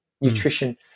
nutrition